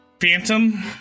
Phantom